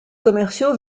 commerciaux